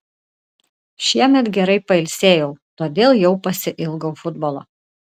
šiemet gerai pailsėjau todėl jau pasiilgau futbolo